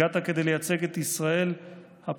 הגעת כדי לייצג את ישראל הפשוטה,